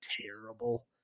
terrible